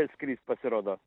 skrist pasirodo